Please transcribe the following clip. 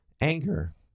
Anger